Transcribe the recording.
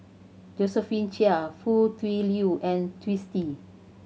Josephine Chia Foo Tui Liew and Twisstii